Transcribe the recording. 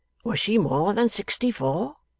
was she more than sixty-four